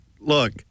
look